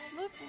look